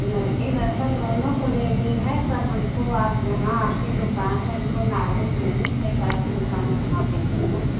लड़की लड़का दोनों को लेनी है पर हमको आप जहाँ आपकी दुकान है हमको नालेज नहीं है कि आपकी दुकान कहाँ पर है न